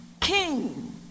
King